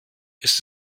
ist